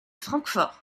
francfort